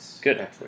Good